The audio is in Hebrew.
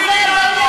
מחקר משווה בין-לאומי,